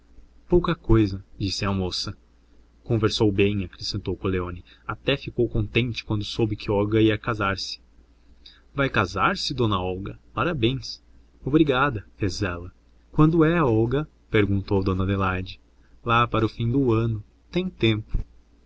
pouca cousa disse a moça conversou bem acrescentou coleoni até ficou contente quando soube que olga ia casar-se vai casar-se dona olga parabéns obrigada fez ela quando é olga perguntou dona adelaide lá para o fim do ano tem tempo